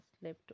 slept